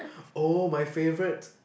oh my favorite